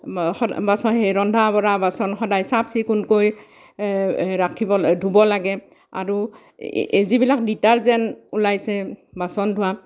ৰন্ধা বঢ়া বাচন সদায় চাফ চিকুণকৈ ৰাখিব ধুব লাগে আৰু এ যিবিলাক ডিটাৰ্জেণ্ট ওলাইছে বাচন ধোৱা